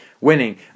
winning